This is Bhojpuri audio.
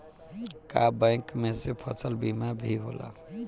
का बैंक में से फसल बीमा भी होला?